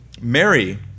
Mary